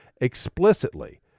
explicitly